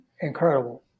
incredible